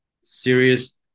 serious